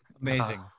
Amazing